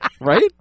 Right